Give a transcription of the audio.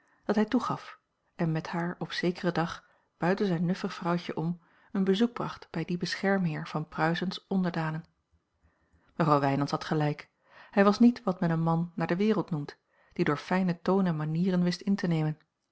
dat hij toegaf en met haar op zekeren dag buiten zijn nuffig vrouwtje om een bezoek bracht bij dien beschermheer van pruisen's onderdanen mevrouw wijnands had gelijk hij was niet wat men een man naar de wereld noemt die door fijnen toon en manieren wist in te nemen